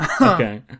Okay